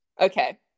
Okay